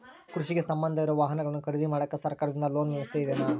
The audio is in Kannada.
ಕೃಷಿಗೆ ಸಂಬಂಧ ಇರೊ ವಾಹನಗಳನ್ನು ಖರೇದಿ ಮಾಡಾಕ ಸರಕಾರದಿಂದ ಲೋನ್ ವ್ಯವಸ್ಥೆ ಇದೆನಾ?